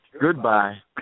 Goodbye